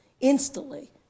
instantly